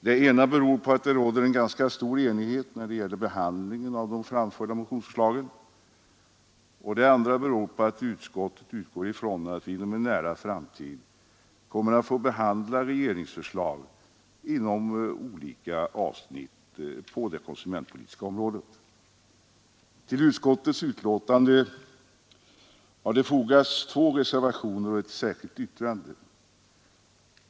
Detta beror dels på att det råder ganska stor enighet när det gäller behandlingen av de framförda motionsförslagen, dels på att utskottet utgår ifrån att vi inom en nära framtid kommer att få behandla regeringsförslag inom olika avsnitt på det konsumentpolitiska området. Till utskottets betänkande har fogats två reservationer och ett särskilt yttrande.